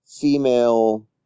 female